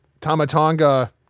Tamatonga